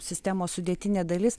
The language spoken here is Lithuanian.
sistemos sudėtinė dalis